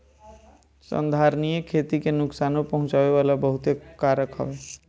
संधारनीय खेती के नुकसानो पहुँचावे वाला बहुते कारक हवे